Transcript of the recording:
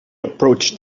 approached